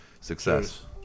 success